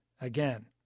again